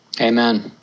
Amen